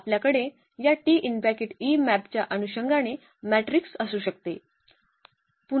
आपल्याकडे या मॅपच्या अनुषंगाने मॅट्रिक्स असू शकतो